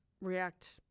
react